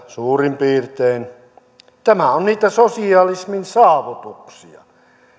suurin piirtein kolmekymmentäkaksituhattaviisisataa turvapaikkaturistia tämä on niitä sosialismin saavutuksia